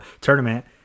tournament